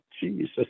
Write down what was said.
Jesus